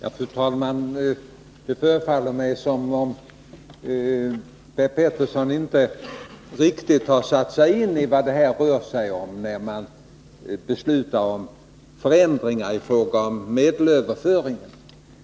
Fru talman! Det förefaller mig som om Per Petersson inte riktigt har satt sig in i vad det rör sig om i fråga om medelsöverföringen.